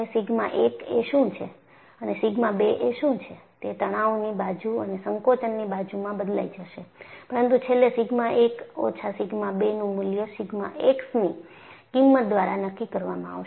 sigma 1 એ શું છે અને સિગ્મા 2 એ શું છે તે તણાવની બાજુ અને સંકોચનની બાજુમાં બદલાય જશે પરંતુ છેલ્લે સિગ્મા 1 ઓછા સિગ્મા 2 નું મૂલ્ય સિગ્મા x ની કિંમત દ્વારા નક્કી કરવામાં આવશે